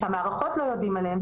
שהמערכות לא יודעות עליהן.